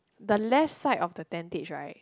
the left side of the tentage right